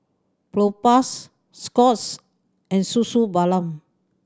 Propass Scott's and Suu Suu Balm